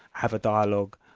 have a dialogue,